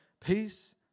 peace